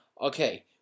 okay